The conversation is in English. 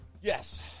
Yes